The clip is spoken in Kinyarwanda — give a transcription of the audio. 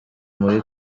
muri